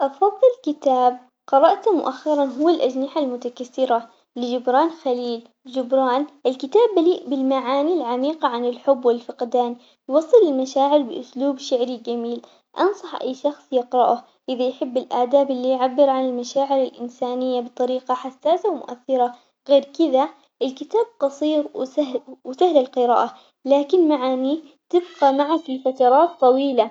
أفضل كتاب قرأته مؤخراً هو الأجنحة المتكسرة لجبران خليل جبران، الكتاب مليء بالمعاني العميقة عن الحب والفقدان، يوصل المشاعر بأسلوب شعري جميل أنصح أي شخص يقرأه إذا يحب الآداب اللي يعبر عن المشاعر الإنسانية بطريقة حساسة ومؤثرة، غير كذا الكتاب قصير وسهل وسهل القراءة لكن معانيه تبقى معك لفترات طويلة.